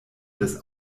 des